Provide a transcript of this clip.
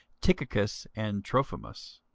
tychicus and trophimus.